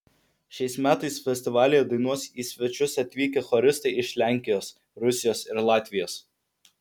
šiais metais festivalyje dainuos į svečius atvykę choristai iš lenkijos rusijos ir latvijos